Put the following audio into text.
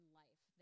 life